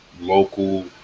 local